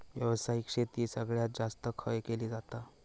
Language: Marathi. व्यावसायिक शेती सगळ्यात जास्त खय केली जाता?